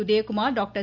Udaykumar doctor